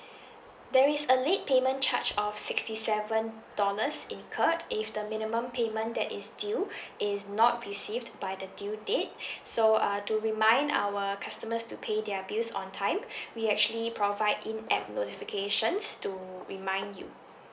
there is a late payment charge of sixty seven dollars incurred if the minimum payment that is due is not received by the due date so uh to remind our customers to pay their bills on time we actually provide in app notifications to remind you